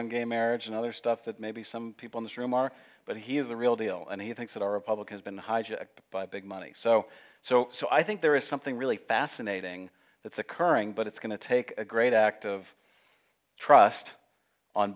on gay marriage and other stuff that maybe some people in this room are but he is the real deal and he thinks that our republicans been hijacked by big money so so so i think there is something really fascinating that's occurring but it's going to take a great act of trust on